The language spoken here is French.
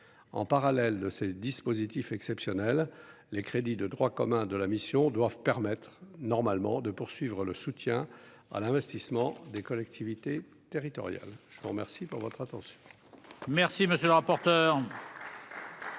en parallèle de ces dispositifs exceptionnels, les crédits de droit commun de la mission doivent permettre normalement de poursuivre le soutien à l'investissement des collectivités territoriales, je vous remercie pour votre attention.